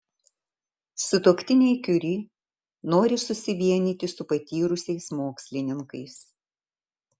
sutuoktiniai kiuri nori susivienyti su patyrusiais mokslininkais